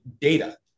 data